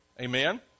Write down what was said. Amen